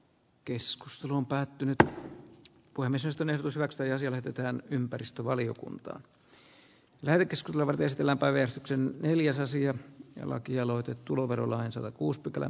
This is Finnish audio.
keskustelun päättynyttä tulemisesta ne pysyvät riensivät että ympäristövaliokunta lähetti selvän viestillä tai veistoksen neljäs asiat ja lakialoite jäänyt jälkeen